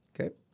Okay